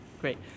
Great